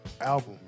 album